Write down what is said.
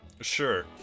Sure